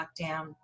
lockdown